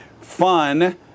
Fun